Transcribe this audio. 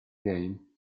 game